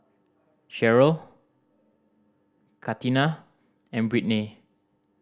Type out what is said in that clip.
Cherryl Katina and Brittnay